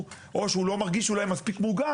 או שהוא לא מרגיש אולי מספיק מוגן,